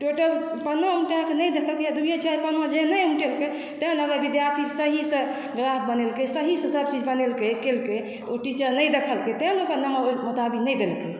total पन्ना उलटाके नहि देखलकै आ दू चारि पन्ना जे नहि उलटेलकै तहन अगर विद्यार्थी सहीसॅं जवाब बनेलकै सहीसॅं सभ चीज़ बनेलकै केलकै ओ टीचर नहि देखलकै तैं ने ओकरा नम्बर ओहि मुताबिक़ नहि देलकै